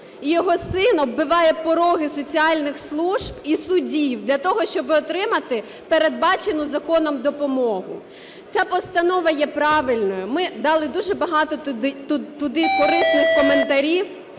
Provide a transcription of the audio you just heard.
його син оббиває пороги соціальних служб і судів для того, щоб отримати передбачену законом допомогу. Ця постанова є правильною. Ми дали дуже багато туди корисних коментарів.